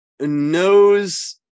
knows